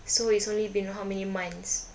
so it's only been how many months